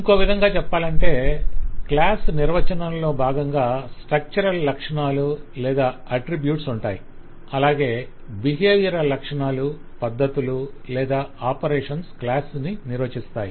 ఇంకో విధంగా చెప్పాలంటే క్లాస్ నిర్వచనంలో బాగంగా స్ట్రక్చరల్ లక్షణాలు లేదా అట్ట్రిబ్యూట్స్ ఉంటాయి అలాగే బిహేవియరల్ లక్షణాలు పద్ధతులు లేదా ఆపరేషన్స్ క్లాస్ ని నిర్వచిస్తాయి